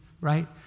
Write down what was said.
right